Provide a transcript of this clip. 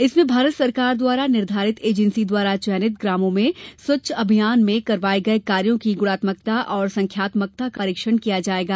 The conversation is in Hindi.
इसमें भारत सरकार द्वारा निर्धारित एजेंसी द्वारा चयनित ग्रामों में स्वच्छता अभियान में करवाये गये कार्यों की गुणात्मकता और संख्यात्मकता का परीक्षण किया जायेगा